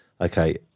Okay